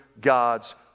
God's